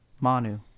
Manu